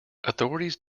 authorities